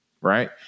Right